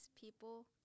People